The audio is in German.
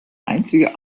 einzige